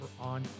on